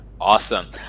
Awesome